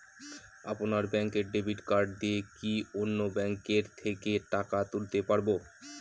আপনার ব্যাংকের debit card দিয়ে কি অন্য ব্যাংকের থেকে টাকা তুলতে পারবো?